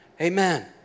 Amen